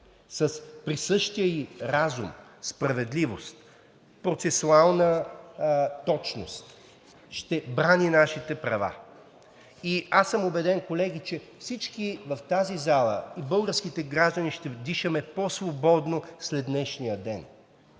с присъщия ѝ разум, справедливост, процесуална точност ще брани нашите права. И аз съм убеден, колеги, че всички в тази зала и българските граждани ще дишаме по-свободно след днешния ден,